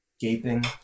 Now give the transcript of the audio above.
gaping